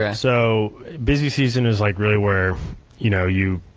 yeah so, busy seasons is like really where you know you